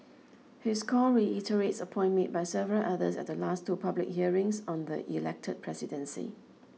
his call reiterates a point made by several others at the last two public hearings on the elected presidency